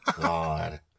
God